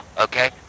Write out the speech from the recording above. okay